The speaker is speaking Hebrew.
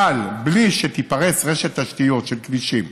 אבל בלי שתיפרס רשת תשתיות של כבישים,